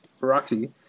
Roxy